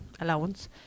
allowance